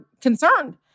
concerned